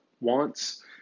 wants